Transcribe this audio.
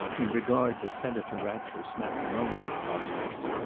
in regard to senator ratcliffe's matrimonial prospects,